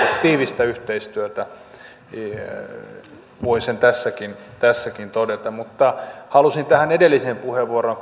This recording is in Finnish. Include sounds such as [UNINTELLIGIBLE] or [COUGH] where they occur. tiivistä yhteistyötä sen voi tässäkin todeta mutta halusin puuttua tähän edelliseen puheenvuoroon [UNINTELLIGIBLE]